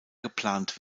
geplant